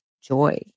joy